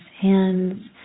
hands